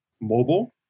mobile